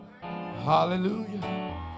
Hallelujah